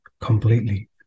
completely